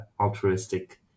altruistic